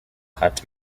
hat